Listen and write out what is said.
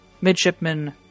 Midshipman